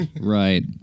Right